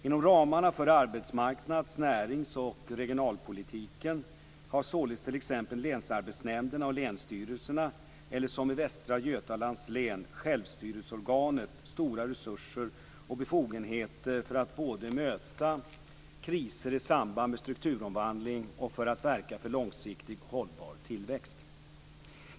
Inom ramarna för arbetsmarknads-, närings och regionalpolitiken har således t.ex. länsarbetsnämnderna och länsstyrelserna, eller som i Västra Götalands län, självstyrelseorganet, stora resurser och befogenheter för att både möta kriser i samband med strukturomvandling och för att verka för långsiktig hållbar tillväxt.